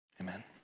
amen